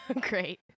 Great